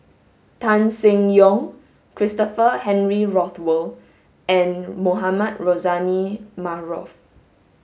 Tan Seng Yong Christopher Henry Rothwell and Mohamed Rozani Maarof